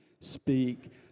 speak